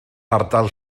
ardal